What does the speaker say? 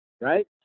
right